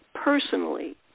personally